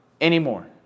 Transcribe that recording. anymore